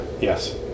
Yes